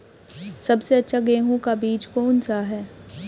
सबसे अच्छा गेहूँ का बीज कौन सा है?